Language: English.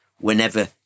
whenever